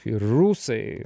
ir rusai